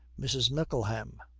mrs. mickleham.